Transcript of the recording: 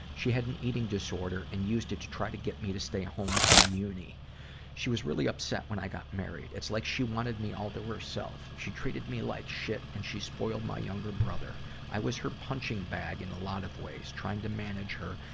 she had an eating disorder and used it to try to get me to stay home from uni she was really upset when i got married. it's like she wanted me all to herself. she treated me like shit and she spoiled my younger brother. i was her punching bag in a lot of ways, trying to manage her,